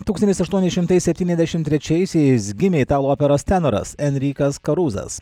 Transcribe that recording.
tūkstantis aštuoni šimtai septyniasdešimt trečiasiais gimė italų operos tenoras enrikas karuzas